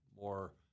more